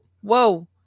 whoa